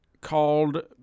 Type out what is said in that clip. called